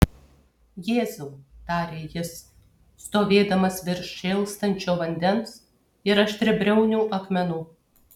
jėzau tarė jis stovėdamas virš šėlstančio vandens ir aštriabriaunių akmenų